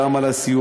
גם על הסיוע,